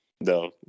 No